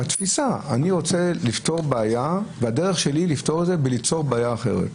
אני רוצה לפתור בעיה והדרך שלי לפתור אותה היא ביצירת בעיה אחרת.